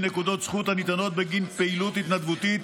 נקודות זכות הניתנות בגין פעילות התנדבותית